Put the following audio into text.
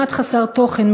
כמעט חסר תוכן,